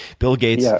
bill gates, yeah